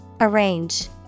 Arrange